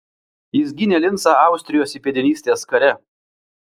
jis gynė lincą austrijos įpėdinystės kare